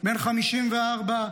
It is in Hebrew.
בן 54,